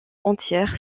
entières